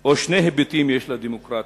או שני היבטים יש לדמוקרטיה,